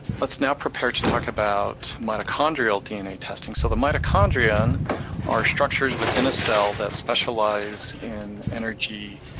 let's now prepare to talk about mitochondrial dna testing. so the mitochondrion are structures within a cell that specialize in energy